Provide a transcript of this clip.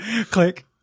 Click